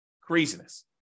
Craziness